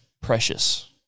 precious